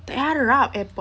tak boleh harap airpod